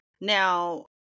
Now